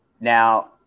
Now